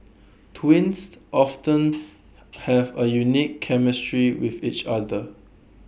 twins often have A unique chemistry with each other